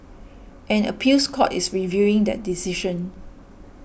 an appeals court is reviewing that decision